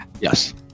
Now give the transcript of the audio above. Yes